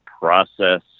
process